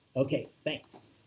okay, thanks.